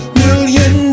million